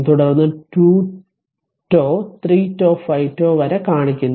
തുടർന്ന് 2 τ 3τ5 τ വരെ കാണിക്കുന്നു